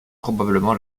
probablement